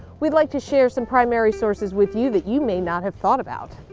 we'd like to share some primary sources with you that you may not have thought about.